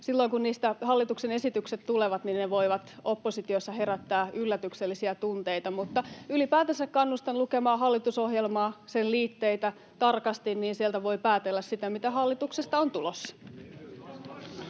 silloin kun niistä hallituksen esitykset tulevat, ne voivat oppositiossa herättää yllätyksellisiä tunteita, mutta ylipäätänsä kannustan lukemaan hallitusohjelmaa ja sen liitteitä tarkasti. Sieltä voi päätellä, mitä hallituksesta on tulossa.